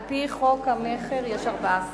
על-פי חוק המכר יש 14 יום.